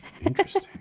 Interesting